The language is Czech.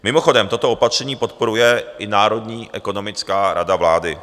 Mimochodem, toto opatření podporuje i Národní ekonomická rada vlády.